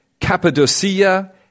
Cappadocia